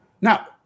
Now